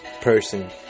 person